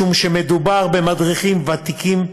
משום שמדובר במדריכים ותיקים,